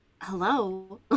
hello